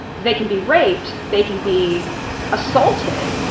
they can be raped, they can be assaulted